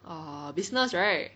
err business right